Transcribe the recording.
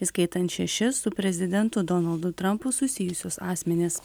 įskaitant šešis su prezidentu donaldu trampu susijusius asmenis